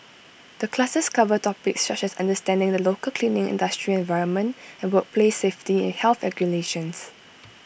the classes cover topics such as understanding the local cleaning industry environment and workplace safety and health regulations